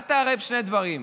אל תערבב שני דברים.